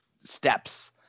steps